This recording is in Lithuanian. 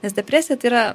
nes depresija tai yra